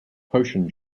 potion